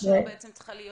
שההכנסה שלו צריכה להיות